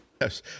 Yes